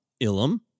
Ilum